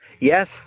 Yes